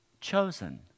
chosen